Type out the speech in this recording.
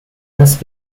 thus